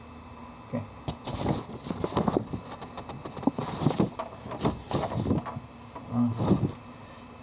okay uh